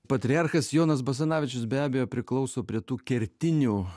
patriarchas jonas basanavičius be abejo priklauso prie tų kertinių